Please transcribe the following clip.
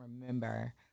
remember